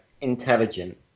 intelligent